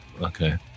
okay